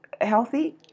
healthy